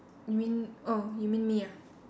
you mean oh you may mean ah